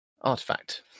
artifact